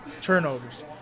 turnovers